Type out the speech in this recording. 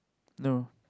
no